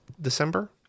december